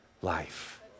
life